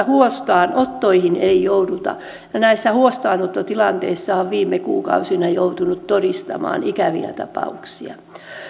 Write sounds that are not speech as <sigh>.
<unintelligible> huostaanottoihin ei jouduta ja näissä huostaanottotilanteissahan on viime kuukausina joutunut todistamaan ikäviä tapauksia